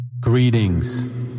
Greetings